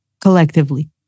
collectively